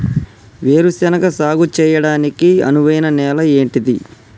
వేరు శనగ సాగు చేయడానికి అనువైన నేల ఏంటిది?